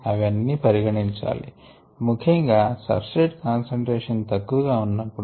అవి అన్ని పరిగణించాలి ముఖ్యం గా సబ్స్ట్రేట్ కాన్సంట్రేషన్ తక్కువగా ఉన్నప్పుడు